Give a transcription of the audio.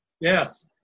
yes